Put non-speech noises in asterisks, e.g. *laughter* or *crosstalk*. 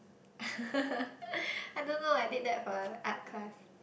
*laughs* I don't know I did that for art class